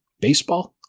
baseball